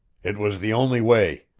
it was the only way.